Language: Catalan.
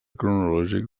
cronològic